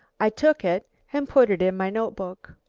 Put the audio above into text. i took it and put it in my notebook!